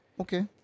Okay